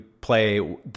play